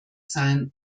sein